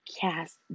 cast